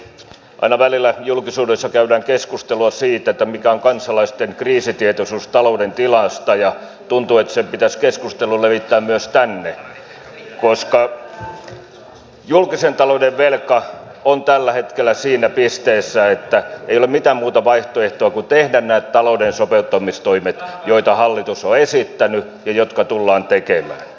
aina välillä julkisuudessa käydään keskustelua siitä mikä on kansalaisten kriisitietoisuus talouden tilasta ja tuntuu että se keskustelu pitäisi levittää myös tänne koska julkisen talouden velka on tällä hetkellä siinä pisteessä että ei ole mitään muuta vaihtoehtoa kuin tehdä nämä talouden sopeuttamistoimet joita hallitus on esittänyt ja jotka tullaan tekemään